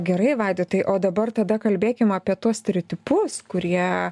gerai vaidotai o dabar tada kalbėkim apie tuos stereotipus kurie